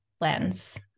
lens